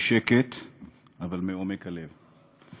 בשקט אבל מעומק הלב.